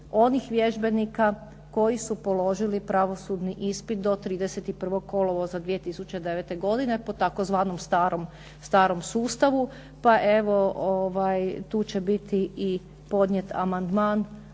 onih vježbenika koji su položili pravosudni ispit do 31 kolovoza 2009. godine po tzv. starom sustavu. Pa evo tu će biti i podnijet amandman